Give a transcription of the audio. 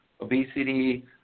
obesity